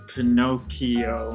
Pinocchio